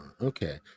okay